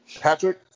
Patrick